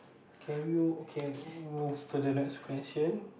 can we can can we move to the next question